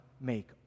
make